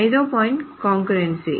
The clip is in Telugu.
5 వ పాయింట్ కాంకర్రెన్సీ